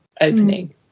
opening